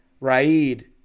Raid